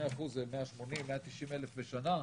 2% זה כ-180,000-190,000 בשנה.